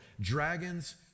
dragons